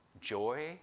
joy